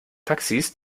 taxis